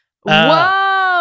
Whoa